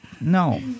No